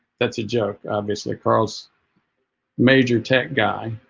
that's a joke obviously across major tech guy